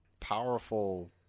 powerful